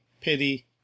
pity